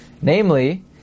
Namely